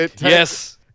Yes